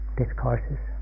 discourses